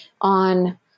on